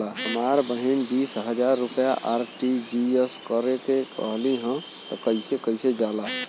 हमर बहिन बीस हजार रुपया आर.टी.जी.एस करे के कहली ह कईसे कईल जाला?